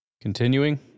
Continuing